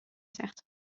certes